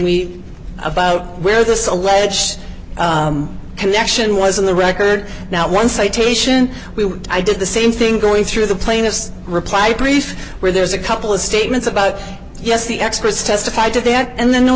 we about where this alleged connection was in the record now one citation we i did the same thing going through the plaintiff's reply brief where there's a couple of statements about yes the experts testified today and then n